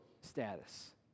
status